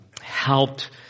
helped